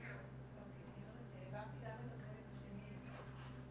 ואז כדי שכל התהליך הדמוקרטי הזה,